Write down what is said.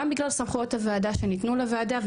גם בגלל סמכויות הוועדה שניתנו לוועדה,